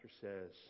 says